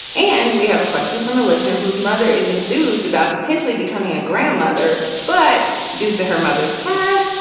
and we have a question from a listener whose mother is enthused about potentially becoming a grandmother. but due to her mother's past,